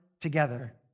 together